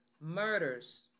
Murders